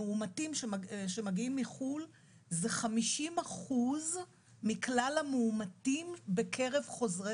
המאומתים שמגיעים מחו"ל זה 50% מכלל המאומתים בקרב חוזרי